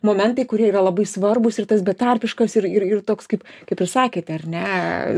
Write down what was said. momentai kurie yra labai svarbūs ir tas betarpiškas ir ir ir toks kaip kaip ir sakėt ar ne